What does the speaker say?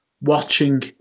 watching